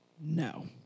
No